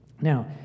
Now